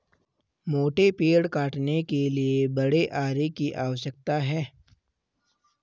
मोटे पेड़ काटने के लिए बड़े आरी की आवश्यकता है